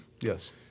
Yes